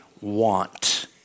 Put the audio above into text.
want